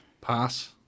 Pass